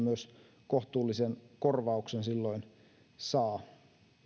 myös kohtuullisen korvauksen